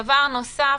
דבר נוסף,